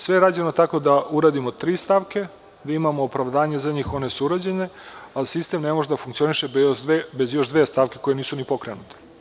Sve je rađeno tako da uradimo tri stavke, da imamo opravdanje za njih, one su urađene, ali sistem ne može da funkcioniše bez još dve stavke koje nisu ni pokrenute.